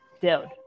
dude